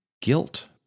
guilt